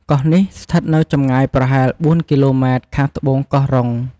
កោះនេះស្ថិតនៅចំងាយប្រហែល ៤ គីឡូម៉ែត្រខាងត្បូងកោះរ៉ុង។